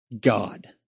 God